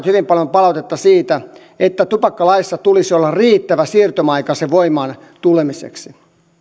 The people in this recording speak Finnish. hyvin paljon palautetta siitä että tupakkalaissa tulisi olla riittävä siirtymäaika sen voimaan tulemiseksi